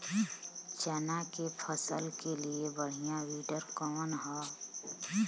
चना के फसल के लिए बढ़ियां विडर कवन ह?